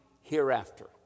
hereafter